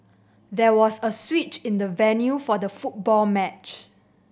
there was a switch in the venue for the football match